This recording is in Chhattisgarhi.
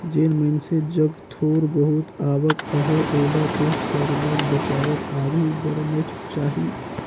जेन मइनसे जग थोर बहुत आवक अहे ओला तो सरलग बचावत आघु बढ़नेच चाही